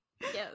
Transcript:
Yes